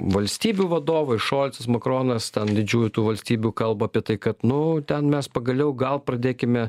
valstybių vadovai šocas makronas ten didžiųjų valstybių kalba apie tai kad nu ten mes pagaliau gal pradėkime